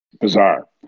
Bizarre